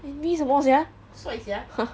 envy 什么 sia